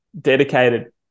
dedicated